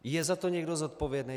Je za to někdo zodpovědný?